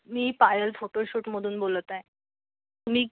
मी पायल फोटोशूटमधून बोलत आहे तुम्ही